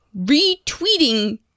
retweeting